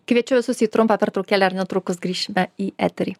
kviečiu visus į trumpą pertraukėlę ir netrukus grįšime į eterį